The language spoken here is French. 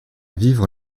vivre